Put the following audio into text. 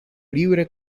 libre